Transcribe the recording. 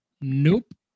Nope